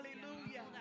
Hallelujah